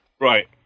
Right